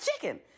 chicken